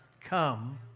come